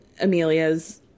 Amelia's